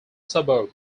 suburb